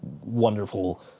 wonderful